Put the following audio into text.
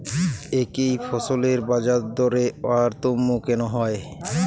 একই ফসলের বাজারদরে তারতম্য কেন হয়?